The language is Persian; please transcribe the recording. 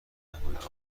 نکنید